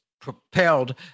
propelled